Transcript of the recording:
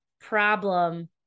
problem